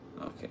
Okay